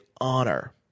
honor